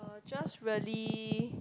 I'll just really